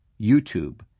YouTube